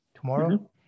tomorrow